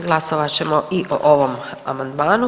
Glasovat ćemo i o ovom amandmanu.